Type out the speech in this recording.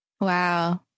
Wow